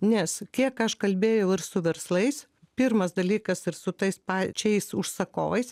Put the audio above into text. nes kiek aš kalbėjau ir su verslais pirmas dalykas ir su tais pačiais užsakovais